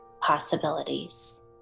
possibilities